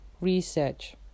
research